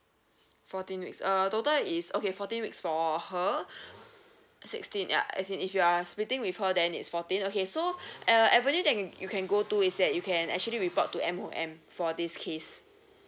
fourteen weeks err total is okay fourteen weeks for her sixteen yeah as in if you are splitting with her then it's fourteen okay so uh avenue that you can go to is that you can actually report to M_O_M for this case